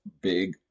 Big